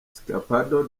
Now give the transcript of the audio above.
skpado